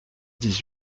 dix